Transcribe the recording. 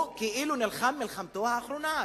כאילו הוא נלחם את מלחמתו האחרונה,